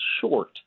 short